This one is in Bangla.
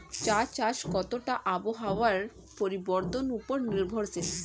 চা চাষ কতটা আবহাওয়ার পরিবর্তন উপর নির্ভরশীল?